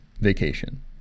vacation